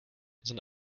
sind